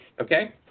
okay